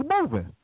moving